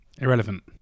Irrelevant